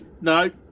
no